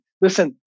listen